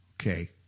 Okay